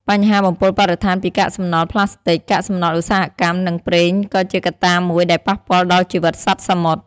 បញ្ហាបំពុលបរិស្ថានពីកាកសំណល់ប្លាស្ទិក កាកសំណល់ឧស្សាហកម្ម និងប្រេងក៏ជាកត្តាមួយដែលប៉ះពាល់ដល់ជីវិតសត្វសមុទ្រ។